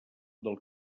del